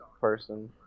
person